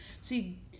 See